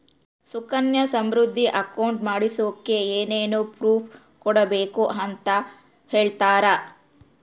Sukanya Samriddhi account ಮಾಡಿಸೋಕೆ ಏನೇನು proof ಕೊಡಬೇಕು ಅಂತ ಹೇಳ್ತೇರಾ?